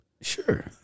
Sure